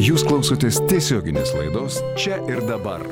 jūs klausotės tiesioginės laidos čia ir dabar